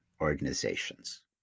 organizations